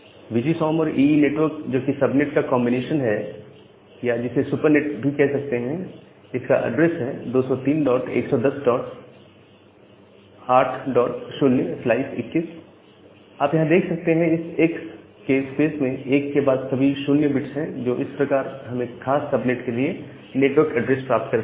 we G S O M और EE network जोकि subnet का कॉन्बिनेशन है या जिसे सुपरनेट भी कह सकते हैं इसका एड्रेस है 2031108021 आप यहां देख सकते हैं इस X के स्पेस में 1 के बाद सभी 0 बिट्स हैं जो इस प्रकार हम एक खास सबनेट के लिए नेटवर्क एड्रेस प्राप्त करते हैं